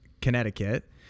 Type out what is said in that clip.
Connecticut